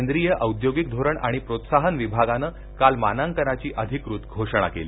केंद्रीय औद्योगिक धोरण आणि प्रोत्साहन विभागाने काल मानांकनाची अधिकृत घोषणा केली